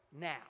now